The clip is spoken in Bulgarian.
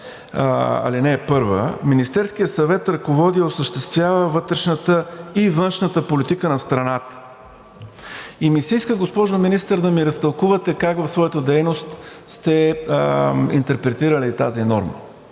ал. 1: „Министерският съвет ръководи и осъществява вътрешната и външната политика на страната.“ И ми се иска, госпожо Министър, да ми разтълкувате как в своята дейност сте интерпретирали тази норма.